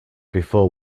before